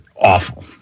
awful